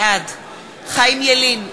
בעד חיים ילין,